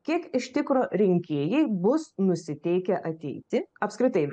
kiek iš tikro rinkėjai bus nusiteikę ateiti apskritai